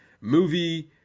movie